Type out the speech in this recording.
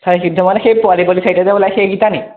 চাৰি সিদ্ধ মানে সেই পোৱালি পোৱালি চাৰিটা যে ওলায় সেইকেইটা নেকি